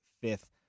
fifth